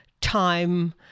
time